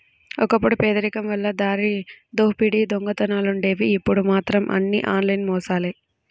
ఒకప్పుడు పేదరికం వల్ల దారిదోపిడీ దొంగతనాలుండేవి ఇప్పుడు మాత్రం అన్నీ ఆన్లైన్ మోసాలే